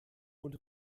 und